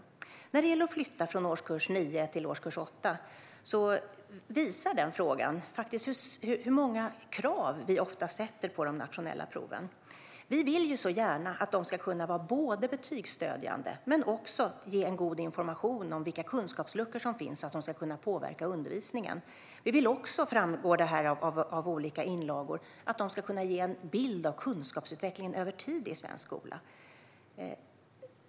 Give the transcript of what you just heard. Frågan om att flytta de nationella proven från årskurs 9 till årskurs 8 visar hur stora krav vi ofta ställer på dessa prov. Vi vill så gärna att de nationella proven både ska kunna vara betygsstödjande och ge god information om vilka kunskapsluckor som finns, så att de ska kunna påverka undervisningen. Av olika inlagor framgår också att vi vill att de ska kunna ge en bild av kunskapsutvecklingen över tid i svensk skola.